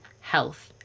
health